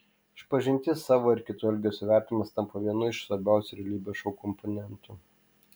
išpažintis savo ir kitų elgesio vertinimas tampa vienu iš svarbiausių realybės šou komponentų